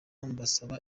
mbasaba